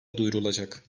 duyurulacak